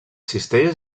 cistelles